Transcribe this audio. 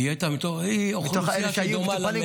היא הייתה מתוך אוכלוסייה שדומה ל-100.